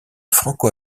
franco